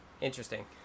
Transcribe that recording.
Interesting